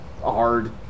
hard